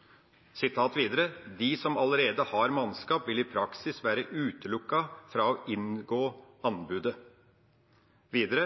Videre står det at de «som allerede har mannskap, i praksis vil være utelukket fra å inngi tilbud». Og enda videre: